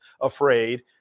afraid